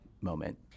moment